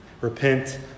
Repent